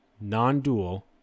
non-dual